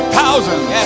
thousands